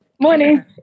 Morning